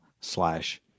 slash